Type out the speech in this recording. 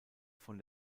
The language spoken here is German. von